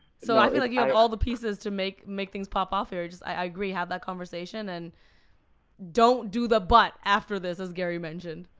so i feel like you have all the pieces to make make things pop off here. i agree, have that conversation and don't do the but after this as gary mentioned.